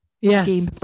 yes